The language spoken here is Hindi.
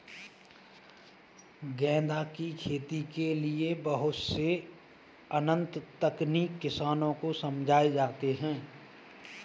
गेंदा की खेती के लिए बहुत से उन्नत तकनीक किसानों को समझाए जाते हैं